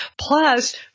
Plus